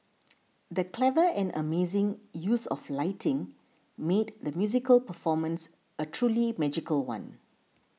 the clever and amazing use of lighting made the musical performance a truly magical one